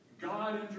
God